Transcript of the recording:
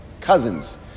cousins